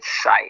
sight